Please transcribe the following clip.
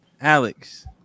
Alex